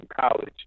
college